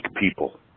people